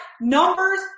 numbers